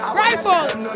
rifle